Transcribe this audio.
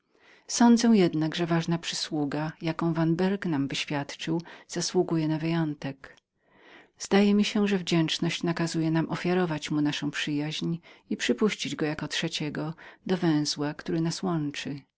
sądzę jednak że ważna przysługa jaką vanberg nam wyświadczył zasługuje na wyjątek zdaje mi się że wdzięczność nakazuje nam ofiarować mu naszą przyjaźń i przypuścić go trzeciego do węzła jaki nas